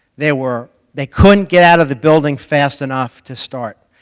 they were they couldn't get out of the building fast enough to start,